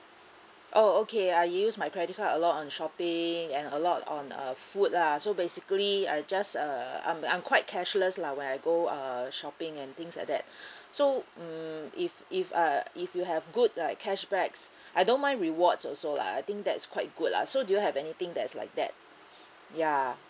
oh okay I use my credit card a lot on shopping and a lot on uh food lah so basically I just uh I'm I'm quite cashless lah when I go uh shopping and things like that so mm if if uh if you have good like cashbacks I don't mind rewards also lah I think that's quite good lah so do you have anything that's like that ya